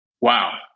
wow